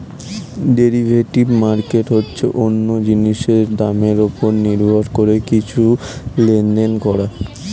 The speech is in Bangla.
ডেরিভেটিভ মার্কেট হচ্ছে অন্য জিনিসের দামের উপর নির্ভর করে কিছু লেনদেন করা